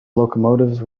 locomotives